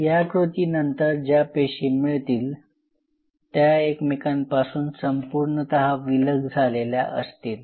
या कृतीनंतर ज्या पेशी मिळतील त्या एकमेकांपासून संपूर्णत विलग झालेल्या असतील